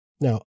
Now